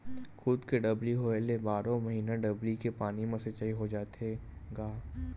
खुद के डबरी होए ले बारो महिना डबरी के पानी म सिचई हो जाथे गा